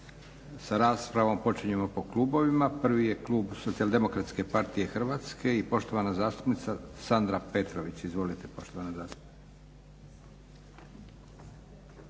Sa raspravom počinjemo po klubovima. Prvi je klub SDP-a Hrvatske i poštovana zastupnica Sandra Petrović. Izvolite poštovana zastupnice.